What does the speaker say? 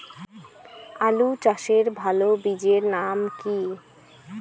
আলু চাষের ভালো বীজের নাম কি?